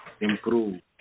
improve